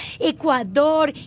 Ecuador